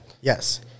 Yes